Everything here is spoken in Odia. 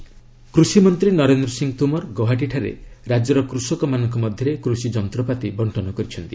ଏଏମ୍ ଗୌହାଟୀ କୃଷିମନ୍ତ୍ରୀ ନରେନ୍ଦ୍ର ସିଂହ ତୋମର ଗୌହାଟୀଠାରେ ରାଜ୍ୟର କୃଷକମାନଙ୍କ ମଧ୍ୟରେ କୃଷି ଯନ୍ତ୍ରପାତି ବଙ୍କନ କରିଛନ୍ତି